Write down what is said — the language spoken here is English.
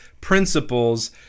principles